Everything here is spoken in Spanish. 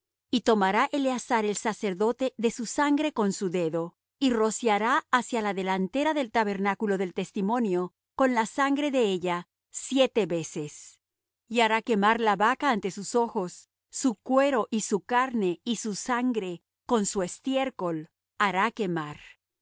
y tomará eleazar el sacerdote de su sangre con su dedo y rociará hacia la delantera del tabernáculo del testimonio con la sangre de ella siete veces y hará quemar la vaca ante sus ojos su cuero y su carne y su sangre con su estiercol hará quemar